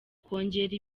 kongera